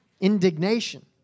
Indignation